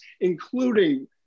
including